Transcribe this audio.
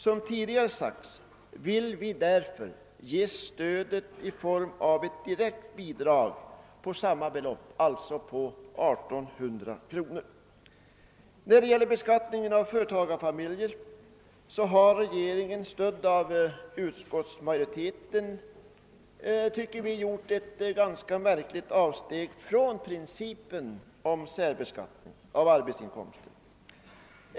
Som tidigare sagts vill vi därför ge stödet i form av ett direkt bidrag på samma belopp, alltså på 1 800 kr. När det gäller beskattningen av företagarfamiljer har regeringen, stödd av utskottsmajoriteten, gjort ett, tycker vi, märkligt avsteg från principen om särbeskattning av arbetsinkomster.